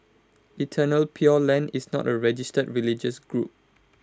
eternal pure land is not A registered religious group